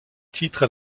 titre